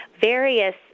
various